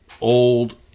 old